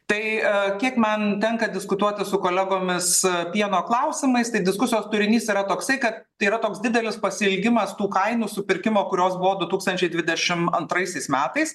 tai kiek man tenka diskutuoti su kolegomis pieno klausimais tai diskusijos turinys yra toksai kad tai yra toks didelis pasiilgimas tų kainų supirkimo kurios buvo du tūkstančiai dvidešimt antraisiais metais